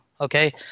okay